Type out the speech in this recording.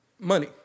Money